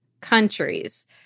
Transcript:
countries